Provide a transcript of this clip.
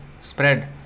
spread